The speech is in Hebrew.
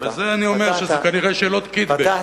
בגלל זה אני אומר שזה כנראה שאלות קיטבג,